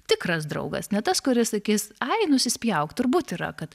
tikras draugas ne tas kuris sakys ai nusispjauk turbūt yra kad